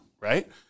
right